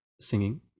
singing